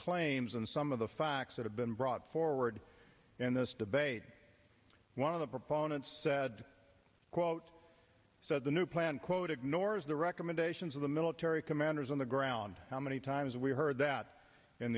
claims and some of the facts that have been brought forward in this debate one of the proponents said quote said the new plan quote ignores the recommendations of the military commanders on the ground how many times we heard that